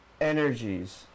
energies